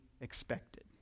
expected